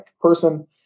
person